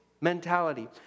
mentality